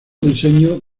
diseño